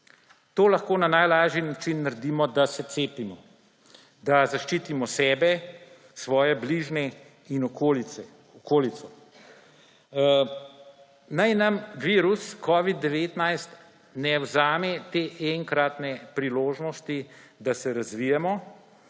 To lahko na najlažji način naredimo, da se cepimo, da zaščitimo sebe, svoje bližnje in okolico. Naj nam virus covid-19 ne vzame te enkratne priložnosti, da se razvijemo.